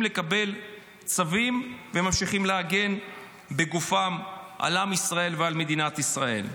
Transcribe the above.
לקבל צווים וממשיכים להגן בגופם על עם ישראל ועל מדינת ישראל.